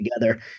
together